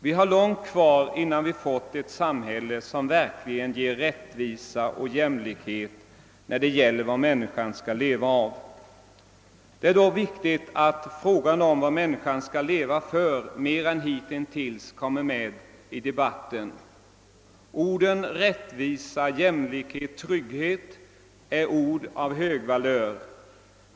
Vi har långt kvar till ett samhälle som verkligen ger rättvisa och jämlikhet när det gäller vad människan skall leva av. Det är dock viktigt att frågan om vad människan skall leva för mer än hitintills kommer med i debatten. Rättvisa, jämlikhet och trygghet är ord med högvalör.